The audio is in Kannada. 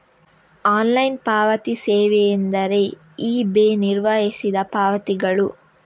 ಆನ್ಲೈನ್ ಪಾವತಿ ಸೇವೆಯೆಂದರೆ ಇ.ಬೆ ನಿರ್ವಹಿಸಿದ ಪಾವತಿಗಳು